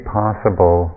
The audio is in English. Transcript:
possible